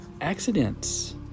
accidents